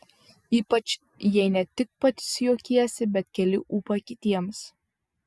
ypač jei ne tik pats juokiesi bet keli ūpą kitiems